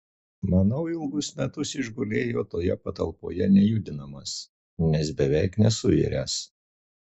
manau ilgus metus išgulėjo toje patalpoje nejudinamas nes beveik nesuiręs